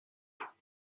vous